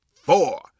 four